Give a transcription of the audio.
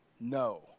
No